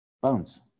Bones